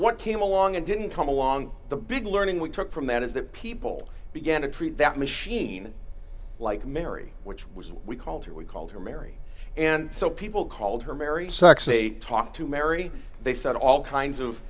what came along and didn't come along the big learning we took from that is that people began to treat that machine like mary which was we called her we called her mary and so people called her mary so actually talked to mary they said all kinds of